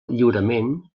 lliurement